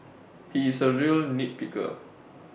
he is A real nit picker